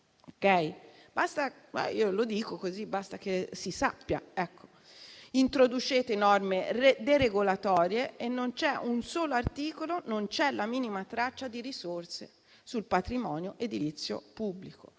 Io lo dico, basta che si sappia. Introducete norme deregolatorie e non c'è un solo articolo, non c'è la minima traccia di risorse sul patrimonio edilizio pubblico.